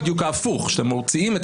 ד"ר עמיר פוקס היקר עד מאוד, אתה מוזמן לעשות